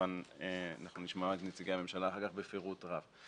וכמובן שאנחנו נשמע את נציגי הממשלה אחר כך בפירוט רב.